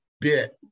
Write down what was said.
bit